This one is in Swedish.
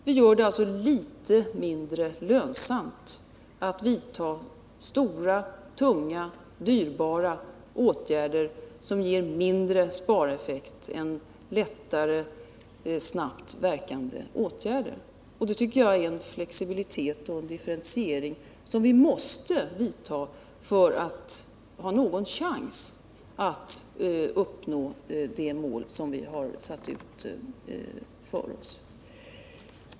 Vi gör det alltså litet mindre lönsamt att vidta stora, tunga och dyrbara åtgärder som ger mindre spareffekt än lättare och snabbt verkande åtgärder. Det måste vara flexibilitet och differentiering för att vi skall ha någon chans att uppnå det mål vi har satt upp.